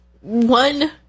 one